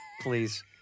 Please